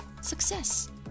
Success